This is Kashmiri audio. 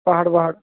پہاڑ وہاڑ